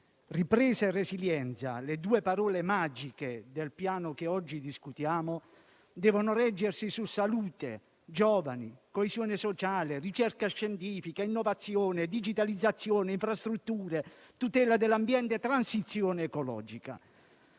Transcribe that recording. Ripresa e resilienza - le due parole magiche del Piano che oggi discutiamo - devono reggersi su salute, giovani, coesione sociale, ricerca scientifica, innovazione, digitalizzazione, infrastrutture, tutela dell'ambiente e transizione ecologica.